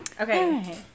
Okay